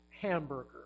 hamburger